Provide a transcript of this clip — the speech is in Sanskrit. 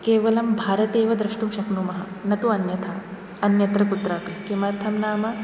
केवलं भारते एव द्रष्टुं शक्नुमः न तु अन्यथा अन्यत्र कुत्रापि किमर्थं नाम